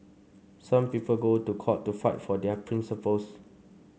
some people go to court to fight for their principles